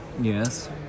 Yes